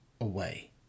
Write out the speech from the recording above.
away